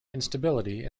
instability